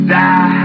die